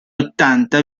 ottanta